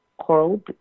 coral